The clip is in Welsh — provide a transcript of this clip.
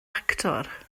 actor